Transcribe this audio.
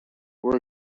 were